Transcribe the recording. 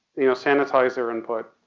you know sanitize their input,